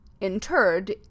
interred